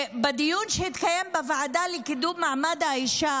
בדיון שהתקיים בוועדה לקידום מעמד האישה